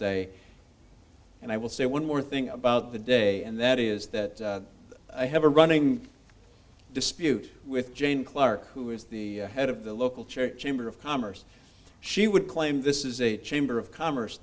day and i will say one more thing about the day and that is that i have a running dispute with jane clark who is the head of the local church member of commerce she would claim this is a chamber of commerce